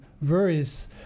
various